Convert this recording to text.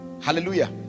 Hallelujah